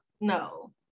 no